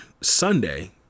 Sunday